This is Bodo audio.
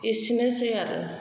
इसेनोसै आरो